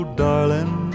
darling